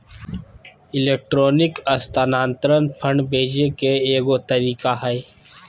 electronic स्थानान्तरण fund भेजे के एगो तरीका हइ